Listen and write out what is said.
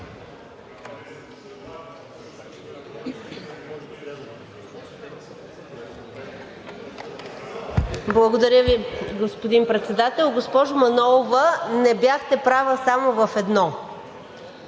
Благодаря Ви, господин Председател. Госпожо Манолова, не бяхте права само в едно